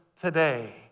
today